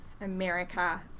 America